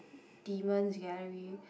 demons gallery